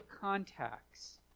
contacts